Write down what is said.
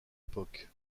époque